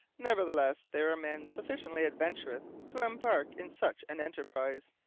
nevertheless there are men sufficiently adventurous to embark in such an enterprise.